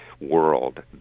world